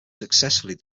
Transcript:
successfully